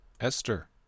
Esther